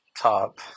top